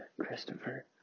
Christopher